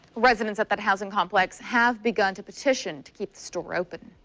residents at that housing complex have begun to petition to keep the store open.